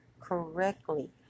correctly